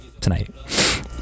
tonight